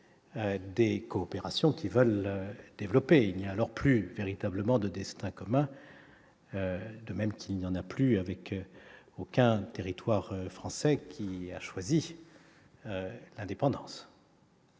des coopérations qu'ils veulent développer. Il n'y a alors plus véritablement de destin commun, de même qu'il n'y en a plus avec un seul territoire français ayant choisi l'indépendance.